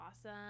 awesome